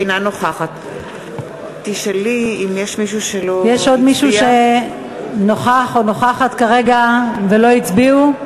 אינה נוכחת יש מישהו שנוכח או נוכחת כרגע ולא הצביעו?